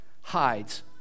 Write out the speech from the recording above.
hides